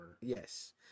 Yes